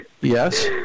Yes